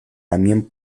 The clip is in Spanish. también